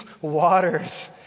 waters